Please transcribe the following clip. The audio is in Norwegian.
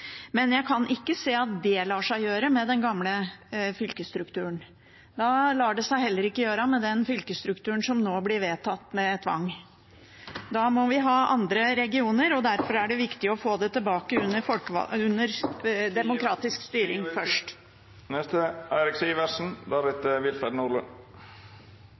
men jeg kan ikke se at det lar seg gjøre med den gamle fylkesstrukturen. Da lar det seg heller ikke gjøre med den fylkesstrukturen som nå blir vedtatt, med tvang. Da må vi ha andre regioner, og derfor er det viktig å få det tilbake under demokratisk styring først.